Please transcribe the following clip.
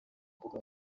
mbuga